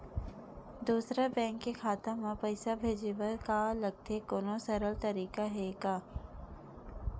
दूसरा बैंक के खाता मा पईसा भेजे बर का लगथे कोनो सरल तरीका हे का?